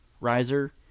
riser